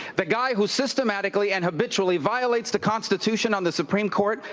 but guy who systematically and habitually violates the constitution on the supreme court?